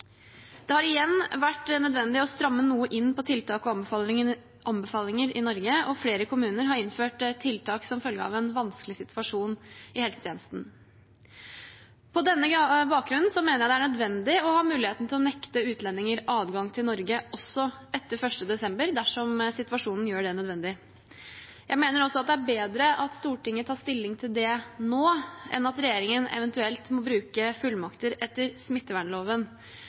Det har igjen vært nødvendig å stramme noe inn på tiltak og anbefalinger i Norge, og flere kommuner har innført tiltak som følge av en vanskelig situasjon i helsetjenesten. På denne bakgrunn mener jeg det er nødvendig å ha muligheten til å nekte utlendinger adgang til Norge også etter 1. desember, dersom situasjonen gjør det nødvendig. Jeg mener også at det er bedre at Stortinget tar stilling til dette nå, enn at regjeringen eventuelt må bruke fullmakter etter smittevernloven.